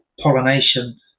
pollination